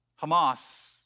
Hamas